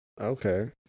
Okay